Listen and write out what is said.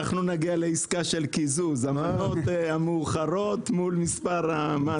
נגיע לעסקת קיזוז המנות המאוחרות מול מספר המאזינים.